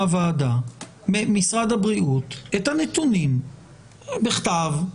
ממשרד הבריאות את הנתונים בכתב,